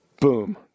Boom